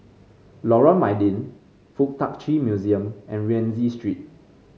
Lorong Mydin FuK Tak Chi Museum and Rienzi Street